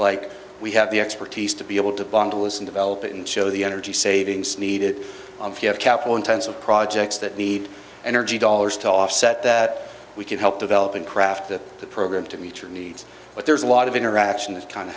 like we have the expertise to be able to bond alyson develop it and show the energy savings needed if you have capital intensive projects that need energy dollars to offset that we can help developing craft that the program to meet your needs but there's a lot of interaction that kind of